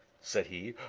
said he,